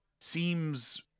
seems